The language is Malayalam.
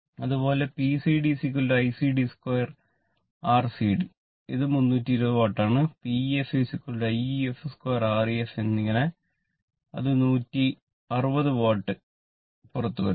അതുപോലെ P cdIcd2 R cd ഇത് 320 വാട്ട് ആണ് Pef I ef 2 R ef അങ്ങനെ ഇത് 160 വാട്ട് പുറത്തുവരുന്നു